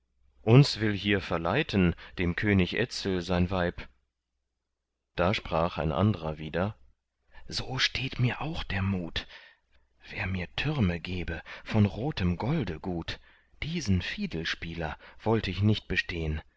uns will hier verleiten dem könig etzel sein weib da sprach ein andrer wieder so steht mir auch der mut wer mir türme gebe von rotem golde gut diesen fiedelspieler wollt ich nicht bestehn